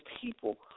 people